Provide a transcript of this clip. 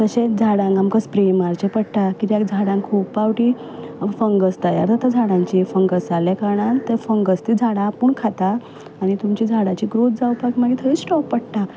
तशेंच झाडांक आमकां स्प्रे मारचें पडटा कित्याक झाडांक खूब फावटी फंगस तयार जाता झाडांचेर फंगस जाल्ले कारणान तें फंगस तीं झाडां आपूण खाता आनी तुमची झाडांची ग्रोथ जावपाक मागीर थंय स्टॉप पडटा